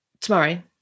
tomorrow